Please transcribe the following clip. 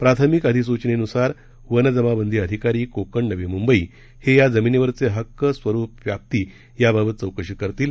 प्राथमिक अधिस्चनेन्सार वन जमाबंदी अधिकारी कोकण नवी मंबई हे या जमिनीवरचे हक्क स्वरूप व्याप्ती याबाबत चौकशी करतील